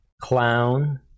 clown